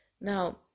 now